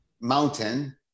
mountain